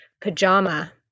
pajama